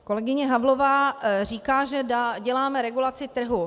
Kolegyně Havlová říká, že děláme regulaci trhu.